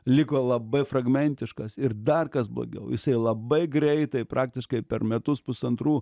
liko labai fragmentiškas ir dar kas blogiau jisai labai greitai praktiškai per metus pusantrų